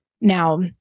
Now